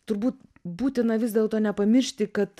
turbūt būtina vis dėlto nepamiršti kad